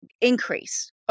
increase